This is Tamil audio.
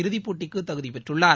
இறுதிப்போட்டிக்கு தகுதிபெற்றுள்ளார்